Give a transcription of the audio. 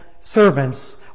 servants